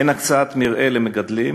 אין הקצאת מרעה למגדלים,